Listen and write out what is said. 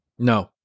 No